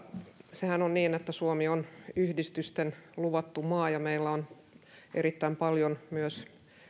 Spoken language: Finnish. sehän on niin että suomi on yhdistysten luvattu maa meillä on erittäin paljon myös